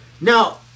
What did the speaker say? Now